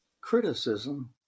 criticism